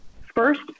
First